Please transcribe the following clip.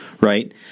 right